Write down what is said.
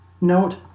note